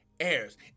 heirs